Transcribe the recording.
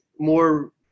more